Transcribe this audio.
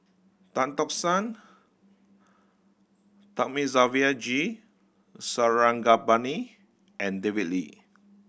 Tan Tock San Thamizhavel G Sarangapani and David Lee